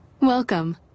Welcome